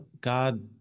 god